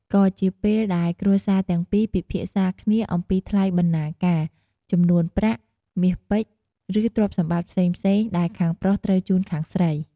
ក៏ជាពេលដែលគ្រួសារទាំងពីរពិភាក្សាគ្នាអំពី ថ្លៃបណ្ណាការ ចំនួនប្រាក់ មាសពេជ្រ ឬទ្រព្យសម្បត្តិផ្សេងៗដែលខាងប្រុសត្រូវជូនខាងស្រី។